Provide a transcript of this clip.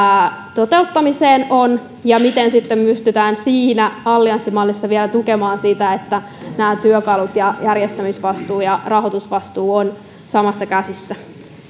toteuttamiseen on ja miten sitten pystytään siinä allianssimallissa vielä tukemaan sitä että nämä työkalut ja järjestämisvastuu ja rahoitusvastuu ovat samoissa käsissä